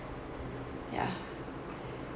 yeah